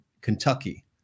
Kentucky